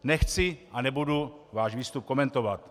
Nechci a nebudu váš výstup komentovat.